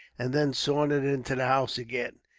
and then sauntered into the house again.